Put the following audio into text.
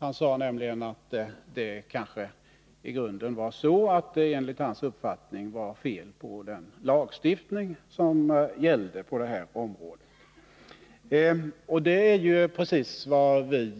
Han sade nämligen att det kanske i grunden var så, att det enligt hans uppfattning var fel på den lagstiftning som gällde på det här området. Det är ju precis vad vi